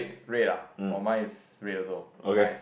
red ah oh mine is red also nice